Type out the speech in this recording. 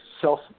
self